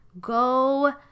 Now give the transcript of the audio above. Go